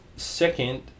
second